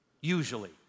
Usually